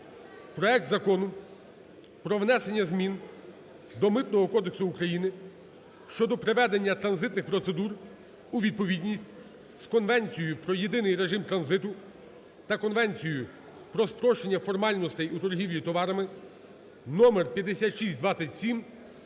проект Закону про внесення змін до Митного кодексу України щодо приведення транзитних процедур у відповідність з Конвенцією про єдиний режим транзиту та Конвенцією про спрощення формальностей у торгівлі товарами № 5627